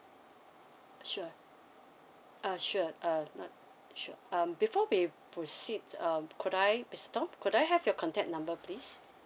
sure uh sure uh sure um before we proceed um could I mister tom could I have your contact number please